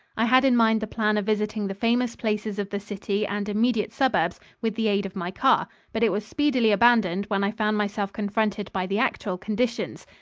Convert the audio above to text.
i had in mind the plan of visiting the famous places of the city and immediate suburbs with the aid of my car, but it was speedily abandoned when i found myself confronted by the actual conditions.